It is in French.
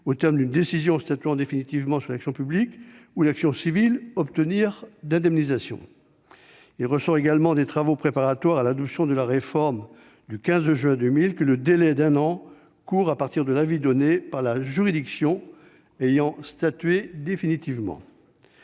au terme d'une décision statuant définitivement sur l'action publique ou l'action civile, obtenir d'indemnisation. Il ressort également des travaux préparatoires à l'adoption de la réforme du 15 juin 2000 que le délai d'un an court à partir de l'avis donné par la juridiction ayant statué définitivement.